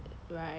ya